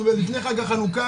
אנחנו לפני חג החנוכה